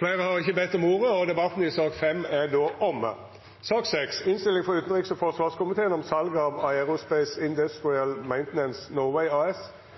Fleire har ikkje bedt om ordet til sak nr. 5. Etter ønske frå utenriks- og forsvarskomiteen vil presidenten føreslå at taletida vert avgrensa til 3 minutt til kvar partigruppe og 3 minutt til medlemer av